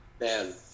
Man